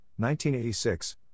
1986